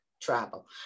travel